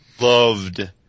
loved